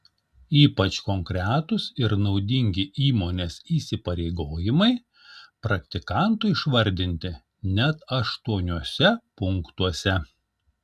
ypač konkretūs ir naudingi įmonės įsipareigojimai praktikantui išvardinti net aštuoniuose punktuose